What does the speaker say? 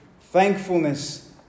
thankfulness